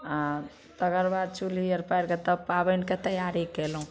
आ तकरबाद चुल्ही आओर पैरके तब पाबनिके तैआरी कयलहुँ